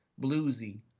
bluesy